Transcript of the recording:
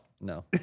no